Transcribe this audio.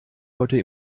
heute